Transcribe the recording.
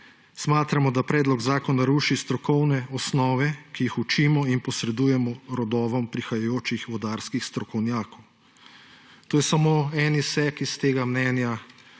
Smatramo, da predlog zakona ruši strokovne osnove, ki jih učimo in posredujemo rodovom prihajajočih vodarskih strokovnjakov.« To je samo eden izsek iz tega mnenja